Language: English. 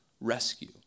rescue